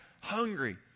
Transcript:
hungry